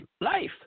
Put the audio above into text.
life